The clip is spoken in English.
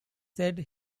said